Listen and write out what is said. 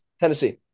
Tennessee